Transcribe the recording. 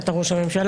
שאתה ראש הממשלה.